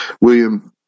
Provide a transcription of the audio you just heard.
William